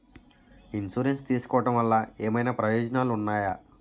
Insurance తీసుకోవటం వల్ల ఏమైనా ప్రయోజనాలు ఉన్నాయా?